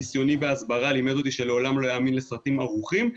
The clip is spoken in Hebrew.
ניסיוני בהסברה לימד אותי שלעולם לא להאמין לסרטים ערוכים.